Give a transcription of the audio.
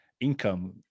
income